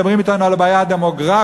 מדברים אתנו על הבעיה הדמוגרפית,